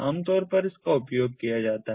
आमतौर पर इसका उपयोग किया जाता है